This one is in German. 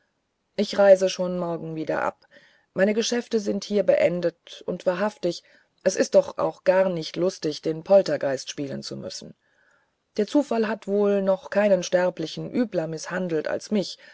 ich reise schon morgen wieder ab meine geschäfte sind hier beendet und wahrhaftig es ist doch auch gar zu unlustig den poltergeist spielen zu müssen der zufall hat wohl noch keinen sterblichen übler mißhandelt als mich